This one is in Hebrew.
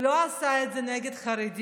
הוא לא עשה את זה נגד חרדים,